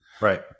Right